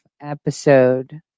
episode